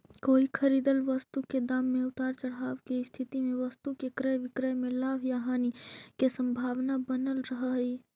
कोई खरीदल वस्तु के दाम में उतार चढ़ाव के स्थिति में वस्तु के क्रय विक्रय में लाभ या हानि के संभावना बनल रहऽ हई